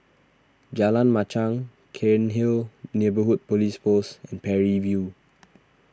Jalan Machang Cairnhill Neighbourhood Police Post and Parry View